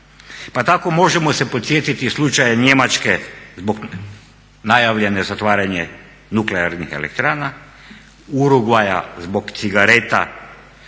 pa tako možemo se podsjetiti slučaja Njemačke zbog najavljenog zatvaranja nuklearnih elektrana, Urugvaja zbog cigareta